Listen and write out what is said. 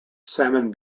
salmon